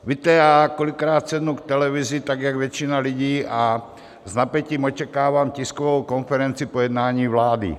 Víte, já kolikrát sednu k televizi, tak jak většina lidí, a s napětím očekávám tiskovou konferenci po jednání vlády.